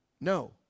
no